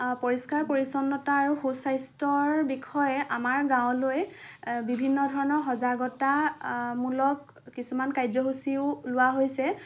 পৰিস্কাৰ পৰিছন্নতা আৰু সুস্বাস্থ্যৰ বিষয়ে আমাৰ গাঁৱলৈ বিভিন্ন ধৰণৰ সজাগতা মূলক কিছুমান কাৰ্যসূচীও লোৱা হৈছে